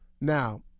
Now